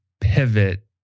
pivot